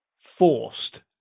forced